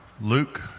Luke